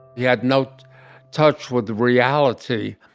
he had no touch with reality.